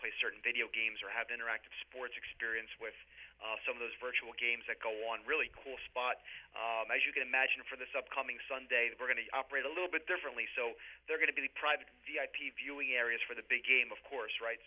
play certain video games or have interactive sports experience with some of those virtual games that go on really cool spot as you can imagine for this upcoming sunday we're going to operate a little bit differently so they're going to be private v i p viewing areas for the big game of course right